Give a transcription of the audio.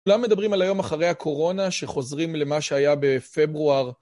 כולם מדברים על היום אחרי הקורונה, שחוזרים למה שהיה בפברואר.